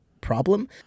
problem